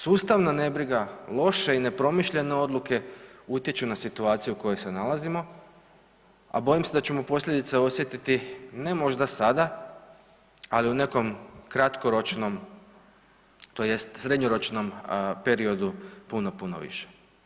Sustavna nebriga, loše i nepromišljene odluke utječu na situaciju u kojoj se nalazimo, a bojim se da ćemo posljedice osjetiti ne možda sada, ali u nekom kratkoročnom tj. srednjoročnom periodu puno, puno više.